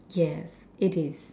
yes it is